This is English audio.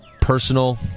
personal